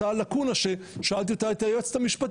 אותה לקונה ששאלתי אותה את היועצת המשפטית,